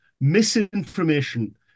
misinformation